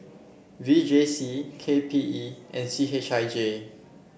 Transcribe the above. V J C K P E and C H I J